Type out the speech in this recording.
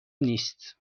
نیست